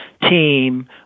team